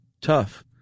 tough